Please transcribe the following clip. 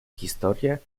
historie